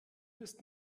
ist